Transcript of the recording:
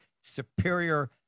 superior